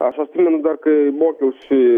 aš atsimenu dar kai mokiausi